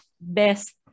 best